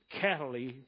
cattle